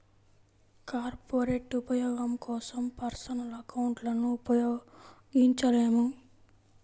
corporate ఉపయోగం కోసం personal అకౌంట్లను ఉపయోగించలేము